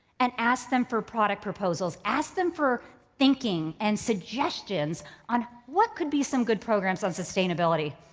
and ask them for product proposals, ask them for thinking and suggestions on what could be some good programs on sustainability.